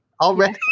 Already